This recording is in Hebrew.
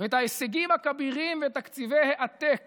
ואת ההישגים הכבירים ותקציבי העתק